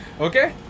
okay